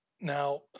Now